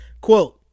quote